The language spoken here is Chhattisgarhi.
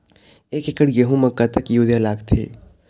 एक एकड़ गेहूं म कतक यूरिया लागथे?